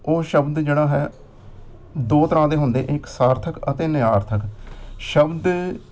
ਉਹ ਸ਼ਬਦ ਜਿਹੜਾ ਹੈ ਦੋ ਤਰ੍ਹਾਂ ਦੇ ਹੁੰਦੇ ਇੱਕ ਸਾਰਥਕ ਅਤੇ ਨਿਰਾਰਥਕ ਸ਼ਬਦ